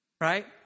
Right